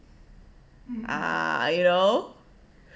ah you know